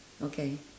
okay